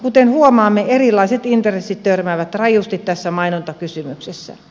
kuten huomaamme erilaiset intressit törmäävät rajusti tässä mainontakysymyksessä